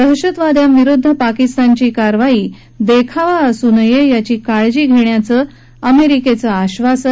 दहशतवाद्यांविरुद्ध पाकिस्तानची कारवाई देखावा असू नये याची काळजी घेण्याचं अमेरिकेचं आश्वासन